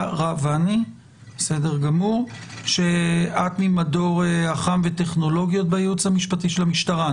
את ממדור אח"מ וטכנולוגיות בייעוץ המשפטי של המשטרה,